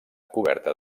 coberta